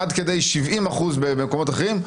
עד כדי 70% במקומות אחרים,